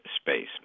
space